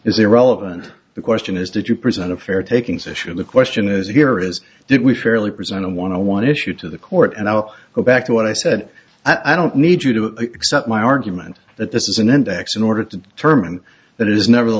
is irrelevant the question is did you present a fair takings issue the question is here is did we surely present i want to one issue to the court and i'll go back to what i said i don't need you to accept my argument that this is an index in order to determine that it is neverthe